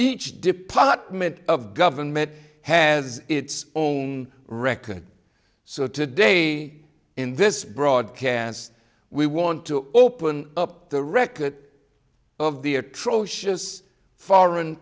each department of government has its own record so to day in this broadcast we want to open up the record of the atrocious foreign